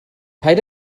paid